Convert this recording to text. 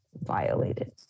violated